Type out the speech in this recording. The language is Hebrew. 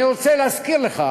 אני רוצה להזכיר לך